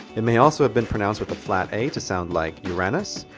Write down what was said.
it may also have been pronunced with a flat a to sound like yoo-ra-nus,